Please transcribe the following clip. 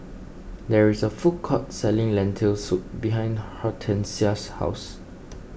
there is a food court selling Lentil Soup behind Hortencia's house